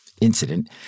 incident